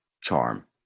charm